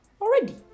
already